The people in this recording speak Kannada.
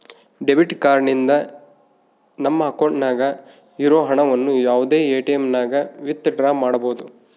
ಡೆಬಿಟ್ ಕಾರ್ಡ್ ನಿಂದ ನಮ್ಮ ಅಕೌಂಟ್ನಾಗ ಇರೋ ಹಣವನ್ನು ಯಾವುದೇ ಎಟಿಎಮ್ನಾಗನ ವಿತ್ ಡ್ರಾ ಮಾಡ್ಬೋದು